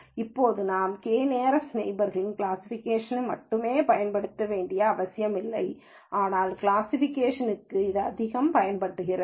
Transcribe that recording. இப்போது நாம் K nearest நெய்பர்ஸை கிளாசிஃபிகேஷன்க்கு மட்டுமே பயன்படுத்த வேண்டிய அவசியமில்லை ஆனால் கிளாசிஃபிகேஷன் க்குத்தான் இது அதிகம் பயன்படுத்தப்பட்டது